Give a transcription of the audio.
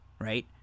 right